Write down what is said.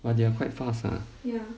but they are quite fast ah